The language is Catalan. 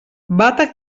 bata